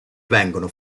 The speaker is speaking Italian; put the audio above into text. vengono